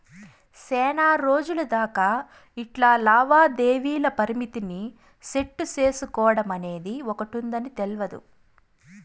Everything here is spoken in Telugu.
సేనారోజులు దాకా ఇట్లా లావాదేవీల పరిమితిని సెట్టు సేసుకోడమనేది ఒకటుందని తెల్వదు